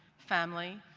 family,